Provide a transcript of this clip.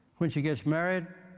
when she gets married,